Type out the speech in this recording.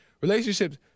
relationships